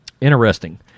Interesting